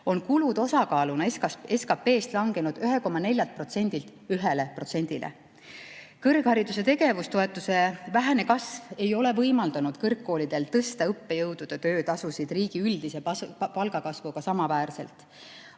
on kulud osakaaluna SKT-s langenud 1,4%‑lt 1%‑le. Kõrghariduse tegevustoetuse vähene kasv ei ole võimaldanud kõrgkoolidel tõsta õppejõudude töötasusid riigi üldise palgakasvuga samaväärselt.